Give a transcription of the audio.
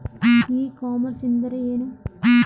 E commerce ಎಂದರೆ ಏನು?